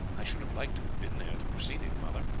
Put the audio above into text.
i should have liked to have been there to have seen it, mother.